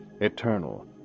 eternal